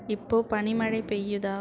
இப்போது பனிமழை பெய்யுதா